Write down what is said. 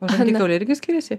o žandikauliai irgi skiriasi